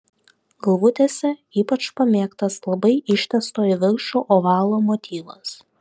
galvutėse ypač pamėgtas labai ištęsto į viršų ovalo motyvas